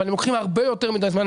אבל הם לוקחים הרבה יותר מידי זמן.